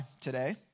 today